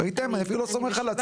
ראיתם, אני אפילו לא סומך על עצמי.